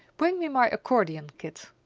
bring me my accordeon, kit.